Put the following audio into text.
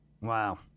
Wow